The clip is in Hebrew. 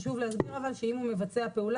חשוב להסביר אבל שאם הוא מבצע פעולה,